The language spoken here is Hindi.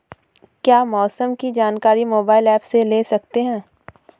क्या मौसम की जानकारी मोबाइल ऐप से ले सकते हैं?